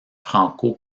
franco